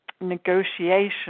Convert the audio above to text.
negotiation